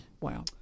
Wow